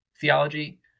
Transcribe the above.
theology